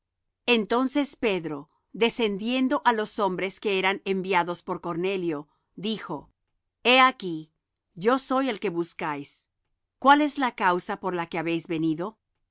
entonces pedro descendiendo á los hombres que eran enviados por cornelio dijo he aquí yo soy el que buscáis cuál es la causa por la que habéis venido